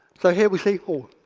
so here we see oh,